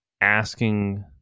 asking